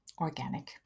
organic